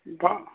ਬਾ